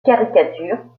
caricature